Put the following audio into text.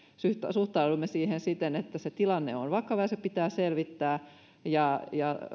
suhtaudumme siihen siten että se tilanne on vakava ja se pitää selvittää